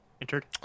entered